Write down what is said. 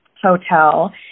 hotel